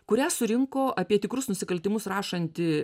kurią surinko apie tikrus nusikaltimus rašanti